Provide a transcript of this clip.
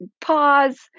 pause